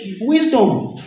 wisdom